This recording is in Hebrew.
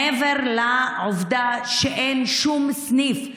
מעבר לעובדה שאין שום סניף,